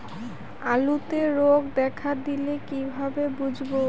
আলুতে রোগ দেখা দিলে কিভাবে বুঝবো?